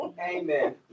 Amen